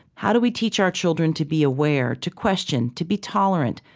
how do we teach our children to be aware, to question, to be tolerant,